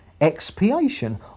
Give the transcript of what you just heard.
expiation